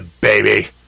baby